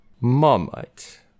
Marmite